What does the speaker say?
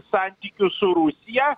santykių su rusija